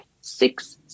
six